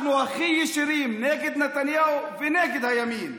אנחנו הכי ישירים, נגד נתניהו ונגד הימין.